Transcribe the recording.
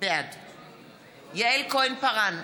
בעד יעל כהן-פארן,